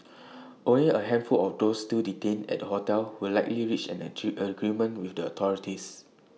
only A handful of those still detained at the hotel will likely reach an achieve agreement with the authorities